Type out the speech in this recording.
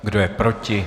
Kdo je proti?